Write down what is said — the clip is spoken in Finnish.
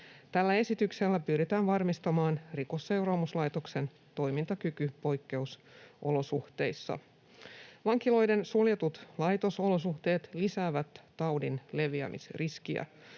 Tällä esityksellä pyritään varmistamaan Rikosseuraamuslaitoksen toimintakyky poikkeusolosuhteissa. Vankiloiden suljetut laitosolosuhteet lisäävät taudin leviämisriskiä.